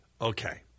Okay